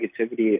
negativity